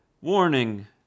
warning